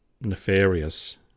nefarious